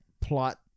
plot